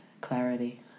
clarity